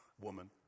woman